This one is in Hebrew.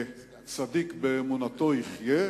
צדיק באמונתו יחיה.